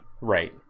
Right